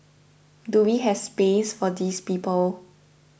do we have space for these people